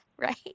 right